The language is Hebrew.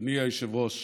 אדוני היושב-ראש,